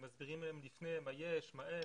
מסבירים להם לפני הגיוס מה יש ומה אין,